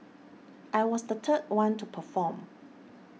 I was the third one to perform